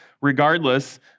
regardless